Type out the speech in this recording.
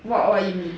what what you mean